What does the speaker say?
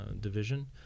Division